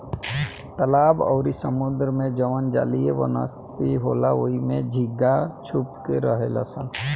तालाब अउरी समुंद्र में जवन जलीय वनस्पति होला ओइमे झींगा छुप के रहेलसन